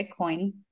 Bitcoin